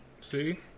see